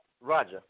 Roger